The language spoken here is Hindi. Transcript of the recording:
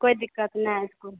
कोई दिक्कत ना इसको